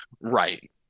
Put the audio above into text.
Right